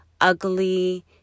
ugly